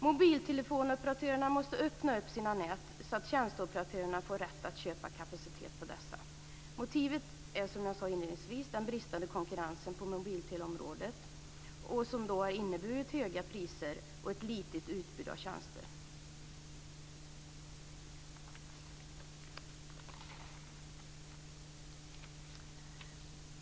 Mobilteleoperatörerna måste öppna sina nät så att tjänsteoperatörerna får rätt att köpa kapacitet på dessa. Motivet är, som jag sade inledningsvis, den bristande konkurrensen på mobilteleområdet som har inneburit höga priser och ett litet utbud av tjänster.